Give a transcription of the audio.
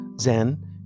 zen